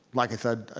like i said,